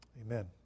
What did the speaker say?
Amen